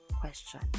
question